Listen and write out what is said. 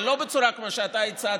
אבל לא בצורה שאתה הצעת,